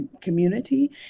community